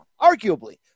arguably